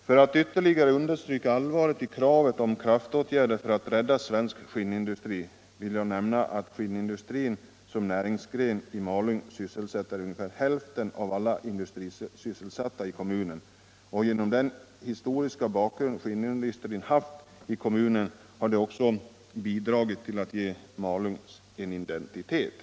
För att ytterligare understryka allvaret i kravet på kraftåtgärder för att rädda svensk skinnindustri vill jag nämna att skinnindustrin som näringsgren i Malung ger arbete åt ungefär hälften av alla industrisysselsatta i kommunen, och genom den historiska bakgrund skinnindustrin haft i kommunen har den också bidragit till att ge Malung en identitet.